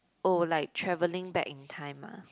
oh like travelling back in time ah